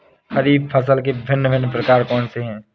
खरीब फसल के भिन भिन प्रकार कौन से हैं?